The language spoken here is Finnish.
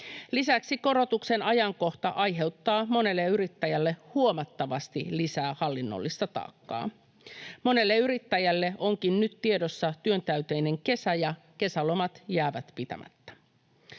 Lisäksi korotuksen ajankohta aiheuttaa monelle yrittäjälle huomattavasti lisää hallinnollista taakkaa. Monella yrittäjällä onkin nyt tiedossa työntäyteinen kesä ja kesälomat jäävät pitämättä.